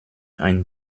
ein